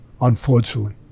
Unfortunately